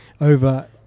over